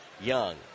Young